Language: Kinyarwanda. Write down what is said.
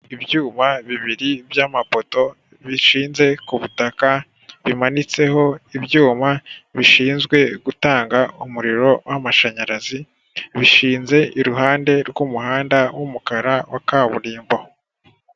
Ibyuma bibiri by'amapoto bishinze ku butaka bimanitseho ibyuma bishinzwe gutanga umuriro w'amashanyarazi, bishinze iruhande rw'umuhanda w'umukara wa kaburimbo.